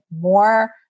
more